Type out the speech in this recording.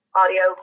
audio